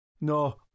No